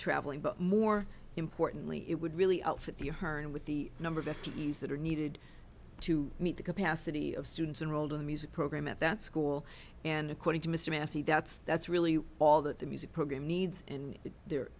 traveling but more importantly it would really outfit the herne with the number of entities that are needed to meet the capacity of students enrolled in a music program at that school and according to mr massey that's that's really all that the music program needs in there